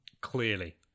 Clearly